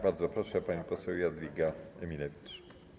Bardzo proszę, pani poseł Jadwiga Emilewicz.